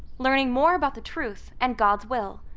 learning more about the truth and god's will,